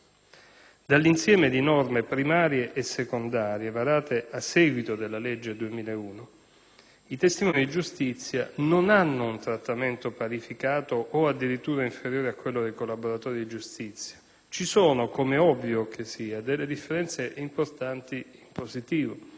Dall'insieme di norme primarie e secondarie varate a seguito della legge del 2001, i testimoni di giustizia non hanno un trattamento parificato o addirittura inferiore a quello dei collaboratori di giustizia. Ci sono, com'è ovvio che sia, delle differenze importanti positive.